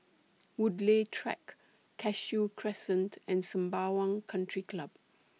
Woodleigh Track Cashew Crescent and Sembawang Country Club